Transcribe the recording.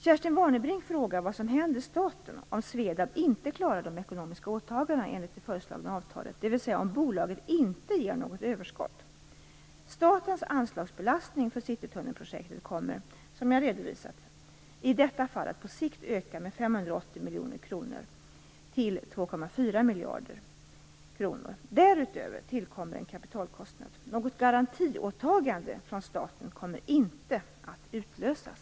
Kerstin Warnerbring frågar vad som händer staten om SVEDAB inte klarar de ekonomiska åtagandena enligt det föreslagna avtalet, dvs. om bolaget inte ger något överskott. Statens anslagsbelastning för citytunnelprojektet kommer, som jag redovisat, i detta fall att på sikt öka med 580 miljoner kronor till 2,4 miljarder kronor. Därutöver tillkommer en kapitalkostnad. Något garantiåtagande från staten kommer inte att utlösas.